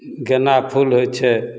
गेना फूल होइ छै